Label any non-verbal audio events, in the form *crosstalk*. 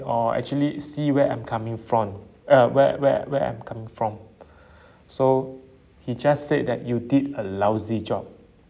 or actually see where I'm coming from uh where where where I'm come from *breath* so he just said that you did a lousy job